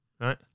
right